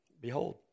behold